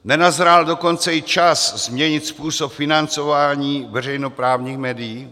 Nenazrál dokonce i čas změnit způsob financování veřejnoprávních médií?